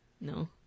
No